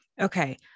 okay